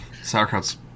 Sauerkraut's